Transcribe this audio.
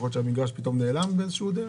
יכול להיות שהמגרש פתאום נעלם באיזושהי דרך?